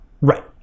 Right